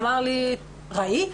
אמר לי, ראית???